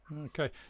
Okay